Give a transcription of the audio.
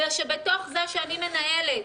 אלא שבתוך זה שאני מנהלת